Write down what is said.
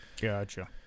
Gotcha